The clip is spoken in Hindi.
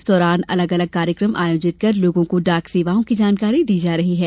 इस दौरान अलग अलग कार्यक्रम आयोजित कर लोगों को डाक सेवाओं की जानकारी दी जा रही है